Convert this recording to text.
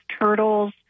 turtles